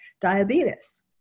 diabetes